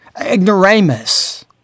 ignoramus